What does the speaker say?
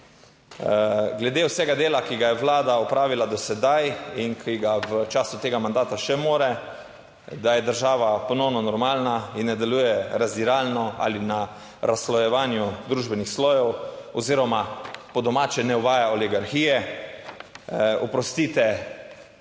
Glede vsega dela, ki ga je Vlada opravila do sedaj in ki ga v času tega mandata še more. Da je država ponovno normalna in ne deluje razdiralno ali na razslojevanju družbenih slojev oziroma po domače, ne uvaja oligarhije, oprostite,